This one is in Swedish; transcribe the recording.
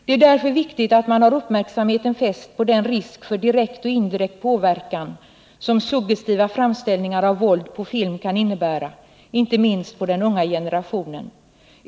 Det är därför viktigt att man har uppmärksamheten fäst på den risk för direkt och indirekt påverkan som suggestiva framställningar av våld på film kan innebära, inte minst på den unga generationen.